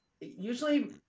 Usually